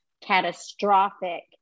catastrophic